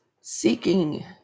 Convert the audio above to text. seeking